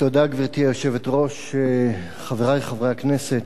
גברתי היושבת-ראש, תודה, חברי חברי הכנסת,